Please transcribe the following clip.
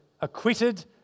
acquitted